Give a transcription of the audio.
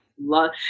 love